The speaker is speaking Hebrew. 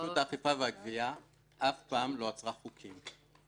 רשות האכיפה והגביה אף פעם לא עצרה חוקים.